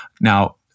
Now